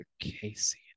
Casey